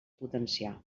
potenciar